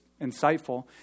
insightful